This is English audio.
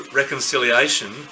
reconciliation